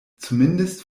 zumindest